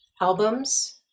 albums